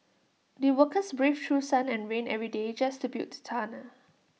the workers braved through sun and rain every day just to build the tunnel